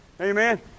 Amen